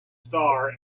star